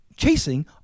chasing